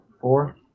Four